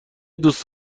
دوست